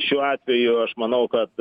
šiuo atveju aš manau kad